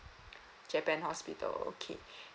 japan hospital okay